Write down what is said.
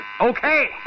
Okay